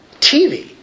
TV